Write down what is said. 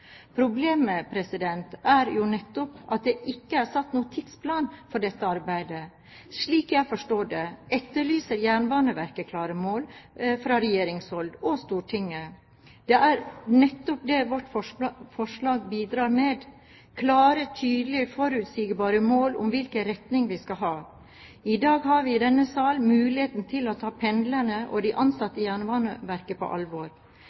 Problemet er jo nettopp at det ikke er satt noen tidsplan for dette arbeidet. Slik jeg forstår det, etterlyser Jernbaneverket klare mål fra regjeringshold og Stortinget. Det er nettopp det vårt forslag bidrar med, klare, tydelige og forutsigbare mål om hvilken retning vi skal ta. I dag har vi i denne sal muligheten til å ta pendlerne og de ansatte i Jernbaneverket på alvor.